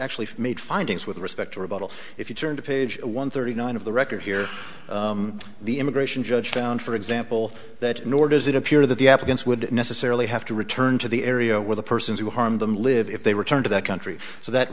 actually made findings with respect to rebuttal if you turn to page one thirty nine of the record here the immigration judge found for example that nor does it appear that the applicants would necessarily have to return to the area where the persons who harmed them live if they returned to that country so that